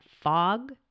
fog